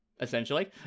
essentially